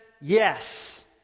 yes